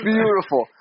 Beautiful